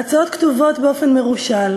ההצעות כתובות באופן מרושל,